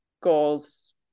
goals